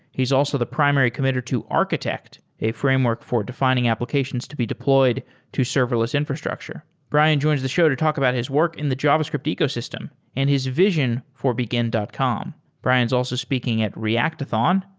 he's also the primary committer to architect, a framework for defining applications to be deployed to service infrastructure. brian joins the show to talk about his work in the javascript ecosystem and his vision for begin dot com brian's also speaking at reactathon,